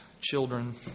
children